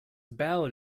ballad